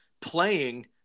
playing